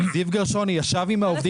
זיו גרשוני ישב עם העובדים.